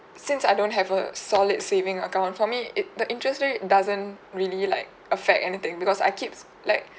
since I don't have a solid saving account for me it the interest rate doesn't really like affect anything because I keeps like